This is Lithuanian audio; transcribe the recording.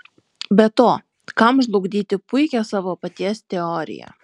be to kam žlugdyti puikią savo paties teoriją